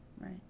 Right